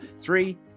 three